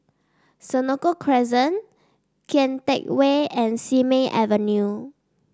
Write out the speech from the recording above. Senoko Crescent Kian Teck Way and Simei Avenue